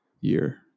year